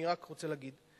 אני רק רוצה להגיד,